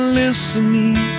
listening